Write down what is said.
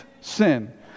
sin